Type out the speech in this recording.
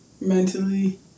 mentally